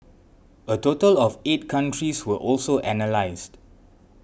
a total of eight countries were also analysed